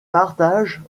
partage